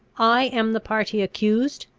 i am the party accused,